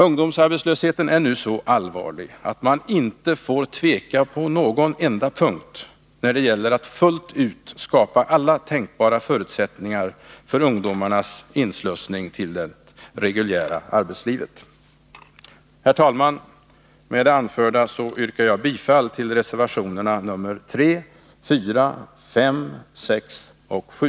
Ungdomsarbetslösheten är nu så allvarlig, att man inte får tveka på någon enda punkt när det gäller att fullt ut skapa alla tänkbara förutsättningar för ungdomarnas inslussning till det reguljära arbetslivet. Herr talman! Med det anförda yrkar jag bifall till reservationerna nr 3, 4, 5, 6 och 7.